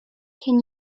can